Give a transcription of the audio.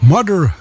Mother